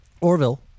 Orville